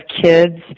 kids